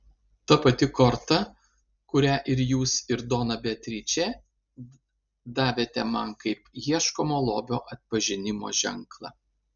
ta pati korta kurią ir jūs ir dona beatričė davėte man kaip ieškomo lobio atpažinimo ženklą